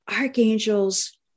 archangels